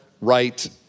right